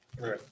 right